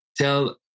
tell